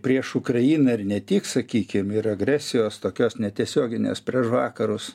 prieš ukrainą ir ne tik sakykim ir agresijos tokios netiesioginės prieš vakarus